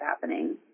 happening